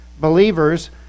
believers